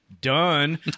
Done